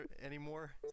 anymore